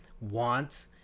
want